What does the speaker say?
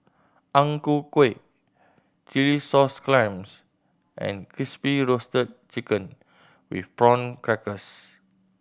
Ang Ku Kueh chilli sauce clams and Crispy Roasted Chicken with Prawn Crackers